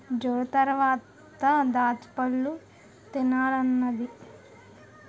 జొరంతరవాత దాచ్చపళ్ళు తినాలనున్నాది